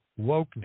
wokeness